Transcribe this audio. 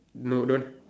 no don't